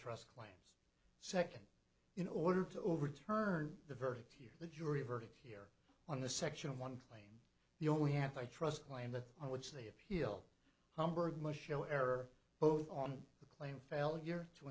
trust claims second in order to overturn the verdict here the jury verdict here on the section one claim the only half i trust claim that on which they appeal homburg must show error both on the claim failure to